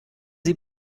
sie